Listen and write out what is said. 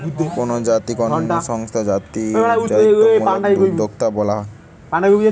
কোনো জাতিগত সংস্থা জাতিত্বমূলক উদ্যোক্তা বলা হয়